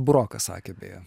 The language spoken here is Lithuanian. burokas sakė bėje